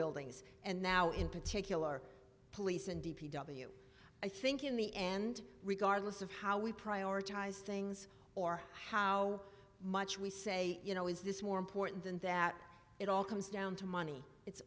buildings and now in particular police and d p w i think in the end regardless of how we prioritize things or how much we say you know is this more important than that it all comes down to money it's